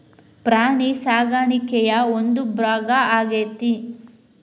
ಪ್ರಾಣಿ ಸಾಕಾಣಿಕೆಯ ಒಂದು ಭಾಗಾ ಆಗೆತಿ